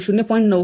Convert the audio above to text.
९ 0